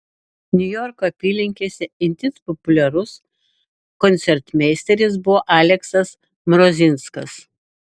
niujorko apylinkėse itin populiarus koncertmeisteris buvo aleksas mrozinskas